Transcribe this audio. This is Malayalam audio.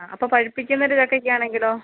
ആ അപ്പം പഴുപ്പിക്കുന്ന ഒരു ചക്കയ്ക്ക് ആണെങ്കിലോ